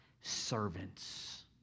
Servants